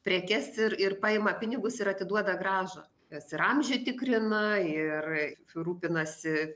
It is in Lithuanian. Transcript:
prekes ir ir paima pinigus ir atiduoda grąžą kas ir amžių tikrina ir rūpinasi